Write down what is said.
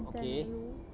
okay